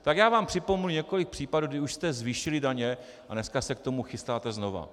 Tak já vám připomenu několik případů, kdy už jste zvýšili daně, a dneska se k tomu chystáte znova.